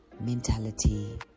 mentality